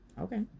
Okay